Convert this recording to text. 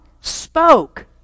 spoke